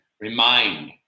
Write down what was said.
remind